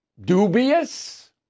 dubious